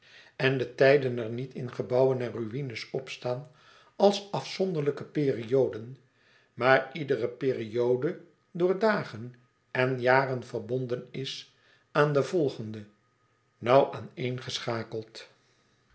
en de tijden er niet in gebouwen en ruïnes opstaan als afzonderlijke perioden maar iedere periode door dagen en jaren verbonden is aan de volgende nauw